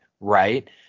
right